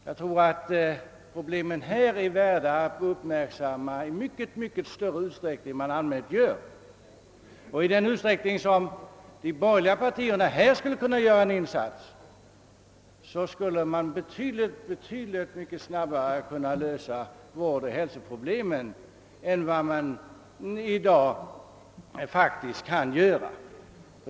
Jag tror att dessa problem är värda att uppmärksammas i mycket större utsträckning än vad som i allmänhet sker, och om de borgerliga partierna kunde göra en insats här skulle vårdoch hälsoproblemen kunna lösas betydligt snabbare än vad som i dag är möjligt.